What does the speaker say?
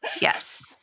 Yes